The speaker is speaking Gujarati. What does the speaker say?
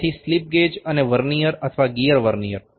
તેથી સ્લિપ ગેજ અને વર્નીઅર અથવા ગિયર વર્નીઅર